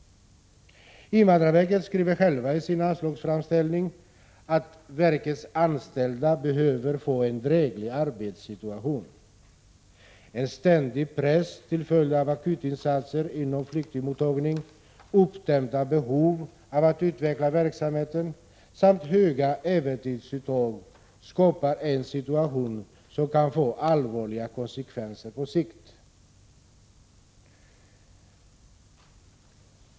Invandrarverket skriver självt i sin anslagsframställning att verkets anställda behöver få en dräglig arbetssituation. En ständig press till följd av akutinsatser inom flyktingmottagningen, uppdämda behov av att utveckla verksamheten samt höga övertidsuttag skapar en situation som kan få allvarliga konsekvenser på sikt.